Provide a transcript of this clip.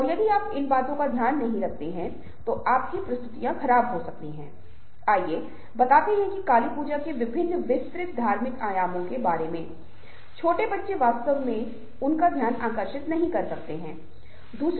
इसलिए जब हम बातचीत के बारे में बात करते हैं तो हम उस बारे में भी बात करने जा रहे हैं और जब हम कुछ हद तक चेहरे की अभिव्यक्ति मुद्राओं और इशारों के बारे में बात करते हैं तो हम इनमें से कुछ क्षेत्रों पर भी ध्यान देंगे